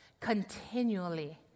continually